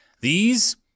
These